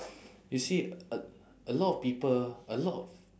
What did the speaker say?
you see a a lot of people a lot of